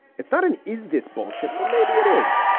it's not an is this bullshit? or maybe it is.